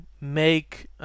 make